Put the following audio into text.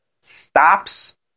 stops